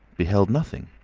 beheld nothing.